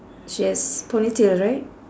she has ponytail right